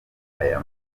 aya